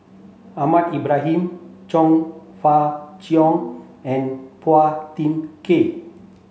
Ahmad Ibrahim Chong Fah Cheong and Phua Thin Kiay